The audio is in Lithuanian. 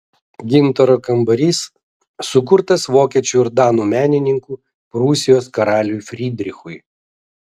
gintaro kambarys sukurtas vokiečių ir danų menininkų prūsijos karaliui frydrichui